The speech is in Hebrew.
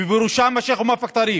ובראשם השייח' מואפק טריף,